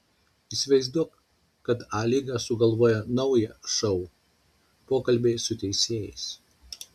įsivaizduok kad a lyga sugalvoja naują šou pokalbiai su teisėjais